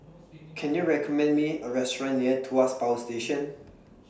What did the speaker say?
Can YOU recommend Me A Restaurant near Tuas Power Station